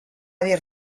dir